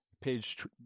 page